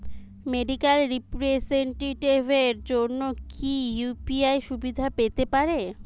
Medical রিপ্রেজন্টেটিভদের জন্য কি ইউ.পি.আই সুবিধা পেতে পারে?